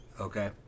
Okay